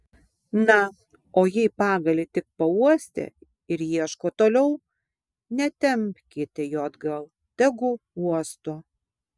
na o jei pagalį tik pauostė ir ieško toliau netempkite jo atgal tegu uosto